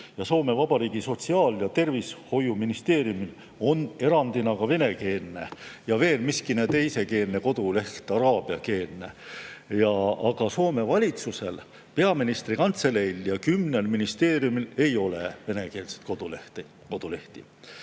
ja Soome Vabariigi sotsiaal‑ ja tervishoiuministeeriumil on erandina ka venekeelne ja veel miski teisekeelne koduleht: araabiakeelne. Aga Soome valitsusel, peaministri kantseleil ja kümnel ministeeriumil ei ole venekeelset kodulehte. Eks